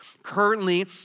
Currently